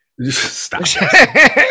Stop